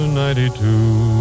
ninety-two